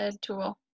tool